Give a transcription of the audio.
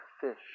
fish